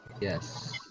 Yes